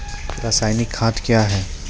रसायनिक खाद कया हैं?